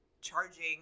charging